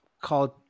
called